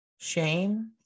shame